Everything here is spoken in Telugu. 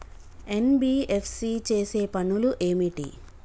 ఎన్.బి.ఎఫ్.సి చేసే పనులు ఏమిటి?